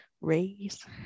raise